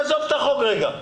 עזוב את החוק רגע.